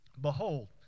Behold